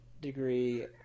degree